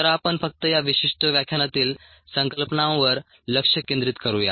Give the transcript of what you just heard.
तर आपण फक्त या विशिष्ट व्याख्यानातील संकल्पनांवर लक्ष केंद्रित करूया